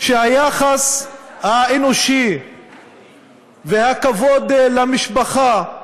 שהיחס האנושי והכבוד למשפחה הם